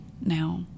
now